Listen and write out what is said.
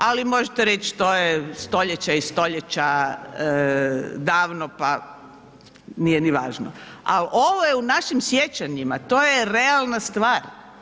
Ali možete reći to je stoljeća i stoljeća davno pa nije ni važno, ali ovo je u našim sjećanjima, to je realna stvar.